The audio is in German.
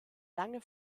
lange